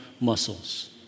muscles